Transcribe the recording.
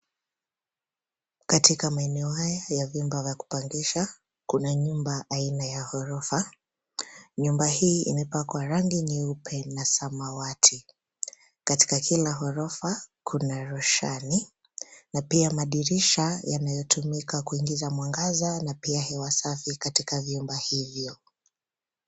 Katika maeneo haya ya vyumba vya kupangisha, kuna nyumba aina ya gorofa. Nyumba hii imepakwa rangi nyeupe na samawati. Katika kila gorofa, kuna roshani na pia madirisha yanaweza tumika kuingiza mwangaza na pia hewa safi katika vyumba hiyvo.